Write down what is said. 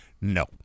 No